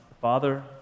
Father